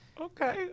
okay